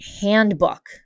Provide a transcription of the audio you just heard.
handbook